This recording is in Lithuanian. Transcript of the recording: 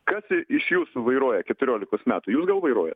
kas iš jūsų vairuoja keturiolikos metų jūs gal vairuoja